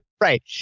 Right